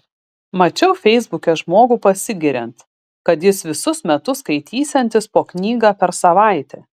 mačiau feisbuke žmogų pasigiriant kad jis visus metus skaitysiantis po knygą per savaitę